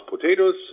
potatoes